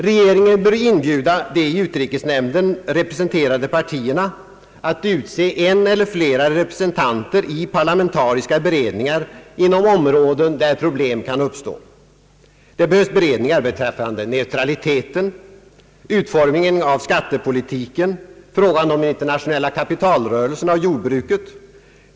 Regeringen bör inbjuda de i utrikesnämnden representerade partierna att utse en eller flera representanter i parlamentariska beredningar inom områden där problem kan uppstå. Det behövs beredningar beträffande neutraliteten, utformningen av skattepolitiken, frågan om de internationella kapitalrörelserna och jordbruket.